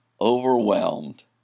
overwhelmed